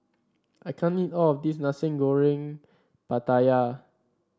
I can't eat all of this Nasi Goreng Pattaya